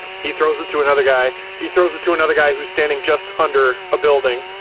he throws it to another guy, he throws it to another guy who's standing just under a building,